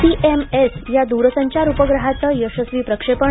C M S या दूरसंचार उपग्रहाचं यशस्वी प्रक्षेपण